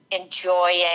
enjoying